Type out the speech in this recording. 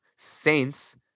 Saints